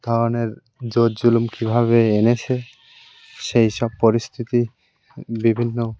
ধরনের জোর জুলুম কীভাবে এনেছে সেই সব পরিস্থিতি বিভিন্ন